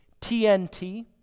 TNT